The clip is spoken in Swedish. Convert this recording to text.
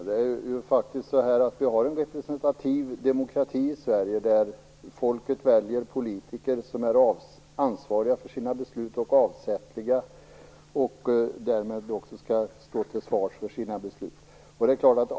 Fru talman! Vi har en representativ demokrati i Sverige. Folket väljer politiker som är ansvariga för sina beslut och avsättliga. De skall därmed stå till svars för sina beslut.